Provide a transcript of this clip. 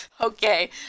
okay